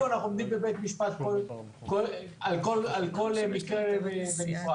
אנחנו עומדים בבית משפט על כל מקרה בנפרד.